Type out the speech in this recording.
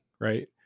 right